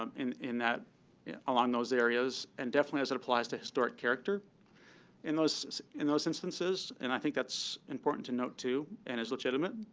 um in in that along those areas, and definitely as it applies to historic character in those in those instances. and i think that's important to note, too, and is legitimate.